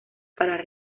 para